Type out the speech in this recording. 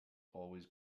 always